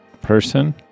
person